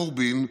קורבין,